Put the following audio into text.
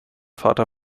vater